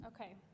Okay